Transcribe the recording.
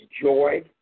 joy